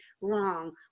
wrong